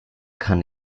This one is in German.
kann